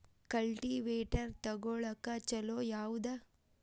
Cultivator ತೊಗೊಳಕ್ಕ ಛಲೋ ಯಾವದ?